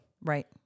Right